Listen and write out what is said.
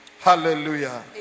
Hallelujah